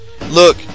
Look